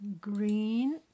green